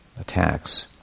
attacks